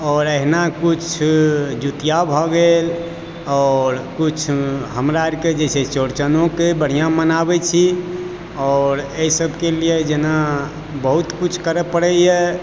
आओर एहिना किछु जितिया भऽ गेल आओर किछु हमरा आरके जे छै चोड़चनो के बढ़िऑं मनाबै छी आओर एहि सबके लिय जेना बहुत किछु करय पड़ैया